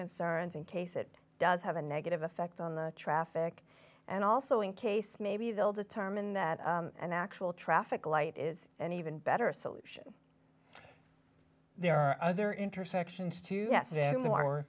concerns in case it does have a negative effect on the traffic and also in case maybe they'll determine that an actual traffic light is an even better solution there are other intersections too yes